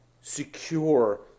secure